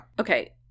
Okay